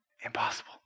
Impossible